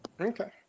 Okay